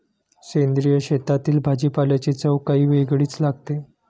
सेंद्रिय शेतातील भाजीपाल्याची चव काही वेगळीच लागते